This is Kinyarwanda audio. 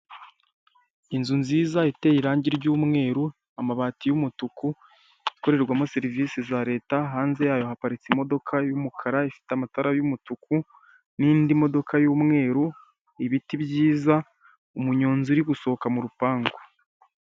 Inzu nziza iteye irangi ry'umweru, amabati y'umutuku, ikorerwamo serivisi za Leta, hanze yayo haparitse imodoka y'umukara ifite amatara y'umutuku n'indi modoka y'umweru, ibiti byiza, umunyonzi uri gusohoka mu rupangu.